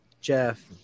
Jeff